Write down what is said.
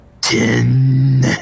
Ten